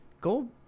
go